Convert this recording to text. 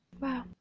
Wow